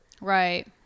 right